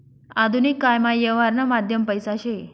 आधुनिक कायमा यवहारनं माध्यम पैसा शे